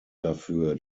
dafür